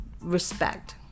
respect